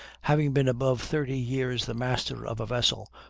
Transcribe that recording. having been above thirty years the master of a vessel,